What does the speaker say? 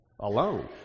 alone